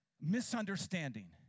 Misunderstanding